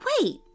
Wait